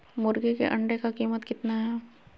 मुर्गी के अंडे का कीमत कितना है?